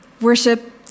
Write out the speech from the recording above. Worship